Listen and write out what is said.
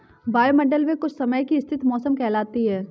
वायुमंडल मे कुछ समय की स्थिति मौसम कहलाती है